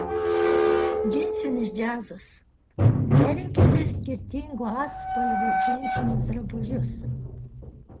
džinsinis džiazas derinkite skirtingų atspalvių džinsinius drabužius